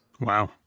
Wow